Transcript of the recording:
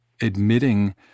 admitting